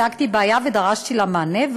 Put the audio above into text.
הצגתי בעיה ודרשתי לה מענה.